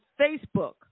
Facebook